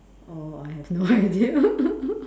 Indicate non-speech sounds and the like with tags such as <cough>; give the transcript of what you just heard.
oh I have no idea <laughs>